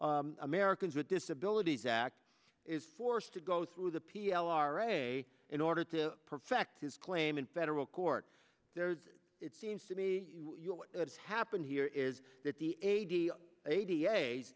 the americans with disabilities act is forced to go through the p l r a in order to perfect his claim in federal court there it seems to me it's happened here is that the eighty eighty eight